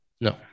No